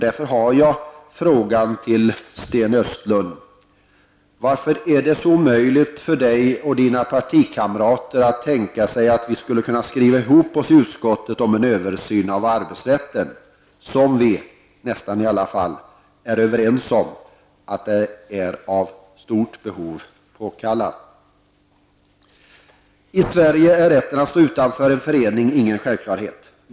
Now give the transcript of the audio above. Därför blir min fråga till Sten Östlund: Varför är det så omöjligt för Sten Östlund och hans partikamrater att tänka sig att vi i utskottet skriver ihop oss om en översyn av arbetsrätten, när vi alla, nästan i varje fall, är överens om att en sådan är av behovet påkallad? I Sverige är rätten att stå utanför en förening ingen självklarhet.